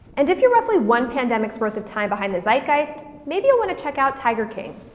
and if you're roughly one pandemic's worth of time behind the zeitgeist, maybe you'll want to check out tiger king.